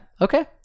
Okay